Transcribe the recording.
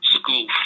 school